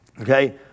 Okay